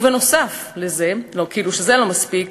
ונוסף על זה, כאילו זה לא מספיק,